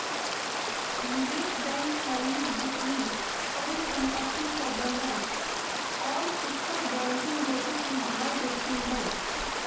निवेश बैंक खरीद बिक्री परिसंपत्ति प्रबंध और फुटकर बैंकिंग जैसी सुविधायें देते हैं